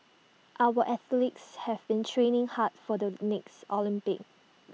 our athletes have been training hard for the next Olympics